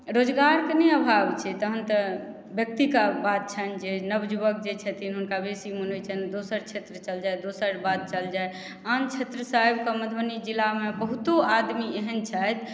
रोजगारके नहि अभाव छै तखन तऽ व्यक्तिके बात छनि जे नवजुवक जे छथिन हुनका बेसी मोन होइत छनि दोसर क्षेत्र चल जाइ दोसर बाट चल जाइ आन क्षेत्र से आबिके मधुबनी जिलामे बहुतो आदमी एहेन छथि